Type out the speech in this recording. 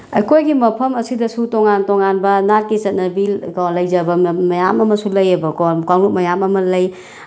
ꯑꯩꯈꯣꯏꯒꯤ ꯃꯐꯝ ꯑꯁꯤꯗꯁꯨ ꯇꯣꯉꯥꯟ ꯇꯣꯉꯥꯟꯕ ꯅꯥꯠꯀꯤ ꯆꯠꯅꯕꯤꯀꯣ ꯂꯩꯖꯕ ꯃꯌꯥꯝ ꯑꯃꯁꯨ ꯂꯩꯌꯦꯕꯀꯣ ꯀꯥꯡꯂꯨꯞ ꯃꯌꯥꯝ ꯑꯃ ꯂꯩ